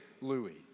Louis